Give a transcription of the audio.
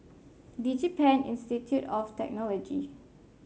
DigiPen Institute of Technology